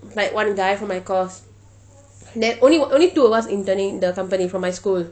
like one guy from my course then only only two of us interning in the company from my school